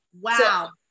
Wow